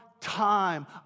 time